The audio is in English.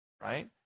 right